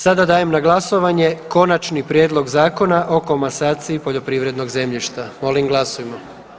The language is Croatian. Sada dajem na glasovanje Konačni prijedlog Zakona o komasaciji poljoprivrednog zemljišta, molim glasujmo.